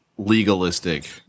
legalistic